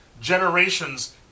generations